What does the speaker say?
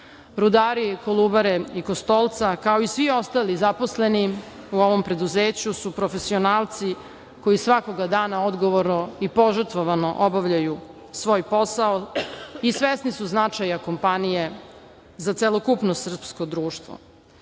"Kostolca", kao i svi ostali zaposleni u ovom preduzeću su profesionalci koji svakoga dana odgovorno i požrtvovano obavljaju svoj posao i svesni su značaja kompanije za celokupno srpsko društvo